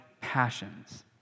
passions